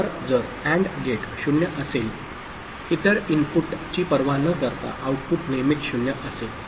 तर जर AND gate 0 असेल इतर इनपुटची पर्वा न करता आउटपुट नेहमीच 0 असेल